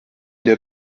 der